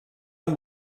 amb